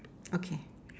okay